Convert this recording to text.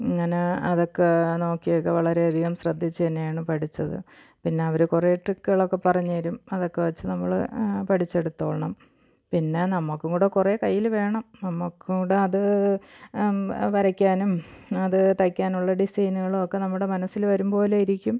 ഇങ്ങനെ അതൊക്കെ നോക്കിയൊക്കെ വളരെയധികം ശ്രദ്ധിച്ച് തന്നെയാണ് പഠിച്ചത് പിന്നവര് കുറേ ട്രിക്കുകളൊക്കെ പറഞ്ഞുതരും അതൊക്കെ വച്ച് നമ്മള് പഠിച്ചെടുത്തോണം പിന്നെ നമുക്കും കൂടെ കുറേ കയ്യില് വേണം നമുക്ക് കൂടെ അത് വരയ്ക്കാനും അത് തയ്ക്കാനുള്ള ഡിസൈനുകളുമൊക്കെ നമ്മുടെ മനസ്സിൽ വരുമ്പോലെ ഇരിക്കും